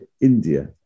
India